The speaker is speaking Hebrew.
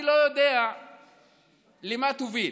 אני לא יודע למה תוביל,